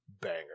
Banger